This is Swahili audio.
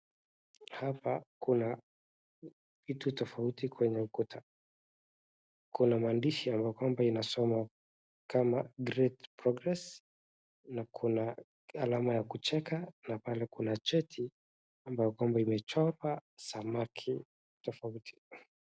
Hapa kuna vitu tofauti kwenye ukuta. Kuna maandishi ya kwamba inasoma kama great progress na kuna alama ya kucheka na pale kuna cheti ambayo kwamba imechorwa samaki tofauti.